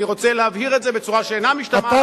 אני רוצה להבהיר את זה בצורה שאינה משתמעת לשתי פנים.